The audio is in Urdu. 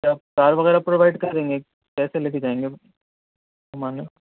کیا آپ کار وغیرہ پرووائڈ کریں گے کیسے لے کے جائیں گے گھمانے